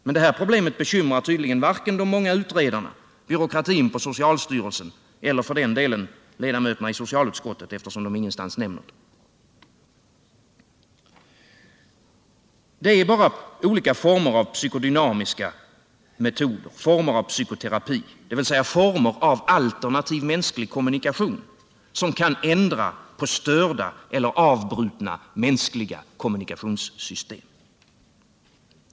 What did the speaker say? Men det problemet bekymrar tydligen varken de många utredarna, byråkratin på socialstyrelsen eller för den delen ledamöterna i socialutskottet, eftersom de ingenstans nämner det. Det är bara olika former av psykodynamiska metoder, former av psykoterapi, dvs. former av alternativ mänsklig kommunikation, som kan ändra på störda eller avbrutna mänskliga kommunikationssystem.